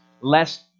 lest